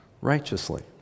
righteously